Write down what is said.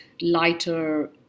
lighter